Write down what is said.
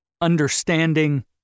understanding